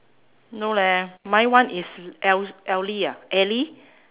no leh mine [one] is el~ ellie ah ellie